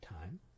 time